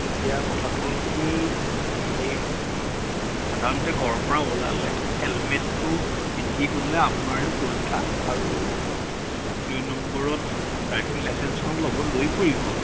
এতিয়া কথাটো হ'ল কি আপুনি সাধাৰণতে ঘৰৰ পৰা ওলালে হেলমেটটো পিন্ধি গ'লে আপোনাৰে সুৰক্ষা আৰু দুই নম্বৰত ডাইভিং লাইছেঞ্চখন লগত লৈ ফুৰিব